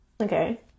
Okay